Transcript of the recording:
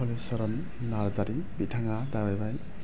हलिचरन नारजारि बिथाङा जाहैबाय